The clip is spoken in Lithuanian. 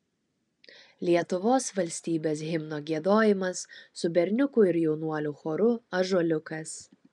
lietuvos valstybės himno giedojimas su berniukų ir jaunuolių choru ąžuoliukas